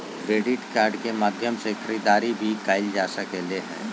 credit card के माध्यम से खरीदारी भी कायल जा सकले हें